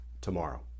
tomorrow